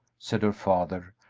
said her father,